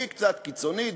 היא קצת קיצונית,